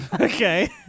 Okay